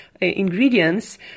ingredients